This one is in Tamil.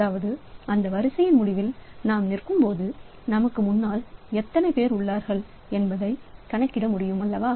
அதாவது அந்த வரிசையின் முடிவில் நாம் நிற்கும் போது நமக்கு முன்னால் எத்தனை பேர் உள்ளார்கள் என்பதை கணக்கிட முடியும் அல்லவா